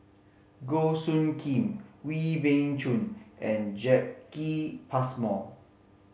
Goh Soo Khim Wee Beng Chong and Jacki Passmore